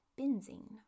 benzene